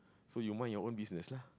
so you mind your own business lah